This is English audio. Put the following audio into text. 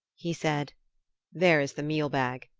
he said there is the mealbag.